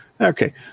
Okay